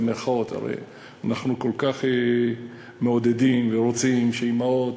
הרי אנחנו כל כך מעודדים ורוצים שאימהות,